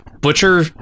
Butcher